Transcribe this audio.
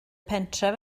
pentref